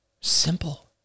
Simple